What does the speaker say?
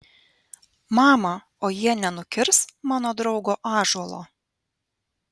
mama o jie nenukirs mano draugo ąžuolo